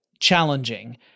challenging